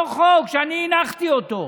אותו חוק שאני הנחתי אותו,